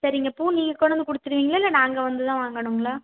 சரிங்க பூ நீங்கல் கொண்டாந்து கொடுத்துடுவீங்களா இல்லை நாங்கள் வந்து தான் வாங்கணுங்களா